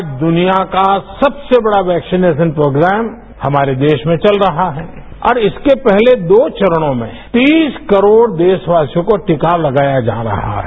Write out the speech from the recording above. आज दुनिया का सबसे बडा वैक्सीनेशन प्रोग्राम हमारे देश में चल रहा है और इसके पहले दो चरणों में तीस करोड देशवासियों को टीका लगाया जा रहा है